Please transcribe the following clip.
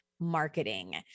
marketing